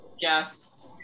Yes